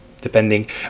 Depending